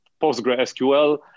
PostgreSQL